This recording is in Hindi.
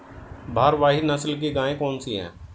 भारवाही नस्ल की गायें कौन सी हैं?